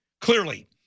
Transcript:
clearly